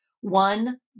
one